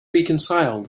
reconcile